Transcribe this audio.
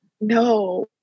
no